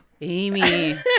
Amy